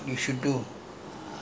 engineers engineers will